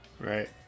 Right